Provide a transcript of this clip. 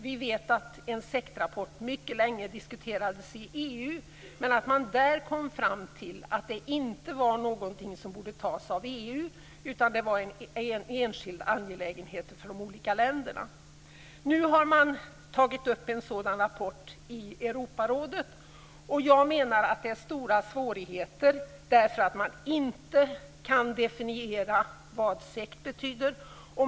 Vi vet att en sektrapport mycket länge diskuterades i EU men att man där kom fram till att detta inte var någonting som borde tas upp av EU utan var en enskild angelägenhet för de olika länderna. Nu har man tagit fram en sådan rapport i Europarådet. Det är stora svårigheter därför att man inte kan definiera vad sekt betyder.